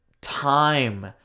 time